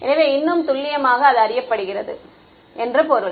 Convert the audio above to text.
எனவே இன்னும் துல்லியமாக அது அறியப்படுகிறது என்று பொருள்